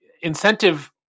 incentive